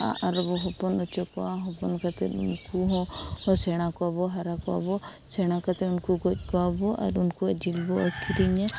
ᱟᱨᱵᱚ ᱦᱚᱯᱚᱱ ᱦᱚᱪᱚ ᱠᱚᱣᱟ ᱦᱚᱯᱚᱱ ᱠᱟᱛᱮᱫ ᱩᱱᱠᱩ ᱦᱚᱸ ᱥᱮᱬᱟ ᱠᱚᱣᱟᱵᱚ ᱦᱟᱨᱟ ᱠᱚᱣᱟᱵᱚ ᱥᱮᱬᱟ ᱠᱟᱛᱮ ᱩᱱᱠᱩ ᱜᱚᱡ ᱠᱚᱣᱟᱵᱚ ᱟᱨ ᱩᱱᱠᱩᱣᱟᱜ ᱡᱤᱞ ᱵᱚ ᱟᱹᱠᱷᱨᱤᱧᱟ